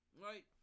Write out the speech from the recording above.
Right